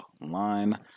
line